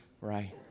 right